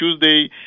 Tuesday